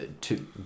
two